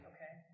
Okay